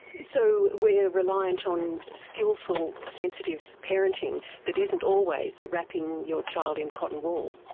so we are reliant on skilful, sensitive parenting that isn't always wrapping your child in cotton wool.